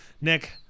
Nick